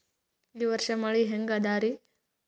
ಈ ವರ್ಷ ಮಳಿ ಹೆಂಗ ಅದಾರಿ?